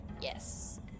Yes